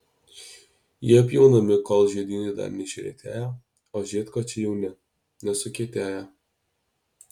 jie pjaunami kol žiedynai dar neišretėję o žiedkočiai jauni nesukietėję